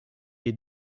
est